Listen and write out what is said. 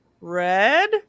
red